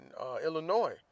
Illinois